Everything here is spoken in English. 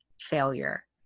failure